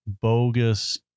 bogus